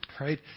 right